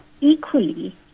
Equally